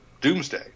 Doomsday